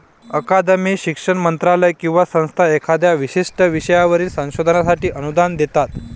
अकादमी, शिक्षण मंत्रालय किंवा संस्था एखाद्या विशिष्ट विषयावरील संशोधनासाठी अनुदान देतात